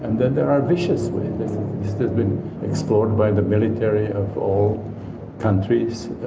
and then there are vicious ways, this has been explored by the military of all countries,